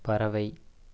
பறவை